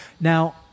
Now